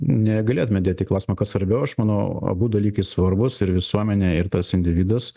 negalėtume dėt į klausimą kas svarbiau aš manau abu dalykai svarbūs ir visuomenė ir tas individas